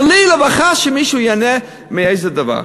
חלילה וחס שמישהו ייהנה מאיזה דבר.